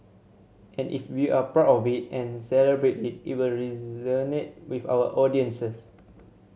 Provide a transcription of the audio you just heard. and if we are proud of it and celebrate it it will resonate with our audiences